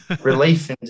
relief